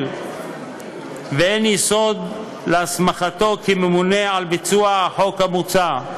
ואין יסוד להסמכתו כממונה על ביצוע החוק המוצע.